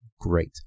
great